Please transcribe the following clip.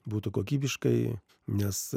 būtų kokybiškai nes